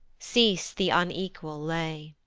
cease the unequal lay.